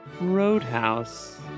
roadhouse